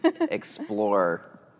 explore